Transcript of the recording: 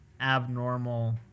abnormal